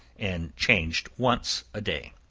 and changed once a day.